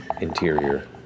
interior